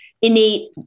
innate